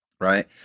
Right